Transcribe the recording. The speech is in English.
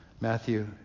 Matthew